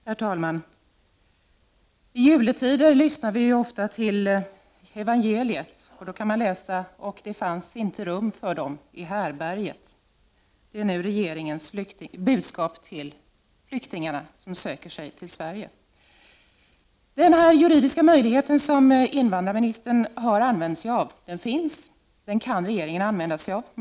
Herr talman! I juletider lyssnar vi ofta till evangeliet, och där kan man läsa: ”och det fanns inte rum för dem i härbärget”. Det är nu regeringens budskap till flyktingarna som söker sig till Sverige. Den juridiska möjlighet som invandrarministern har använt sig av finns. Regeringen kan använda sig av den.